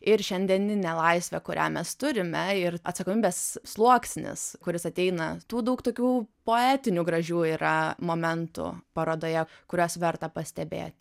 ir šiandieninė laisvė kurią mes turime ir atsakomybės sluoksnis kuris ateina tų daug tokių poetinių gražių yra momentų parodoje kuriuos verta pastebėti